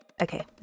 Okay